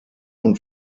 und